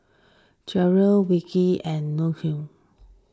Jerrad Wilkie and Junious